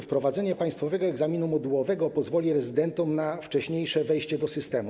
Wprowadzenie państwowego egzaminu modułowego pozwoli rezydentom na wcześniejsze wejście do systemu.